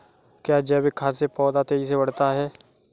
क्या जैविक खाद से पौधा तेजी से बढ़ता है?